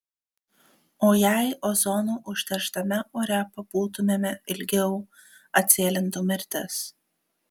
o jei ozonu užterštame ore pabūtumėme ilgiau atsėlintų mirtis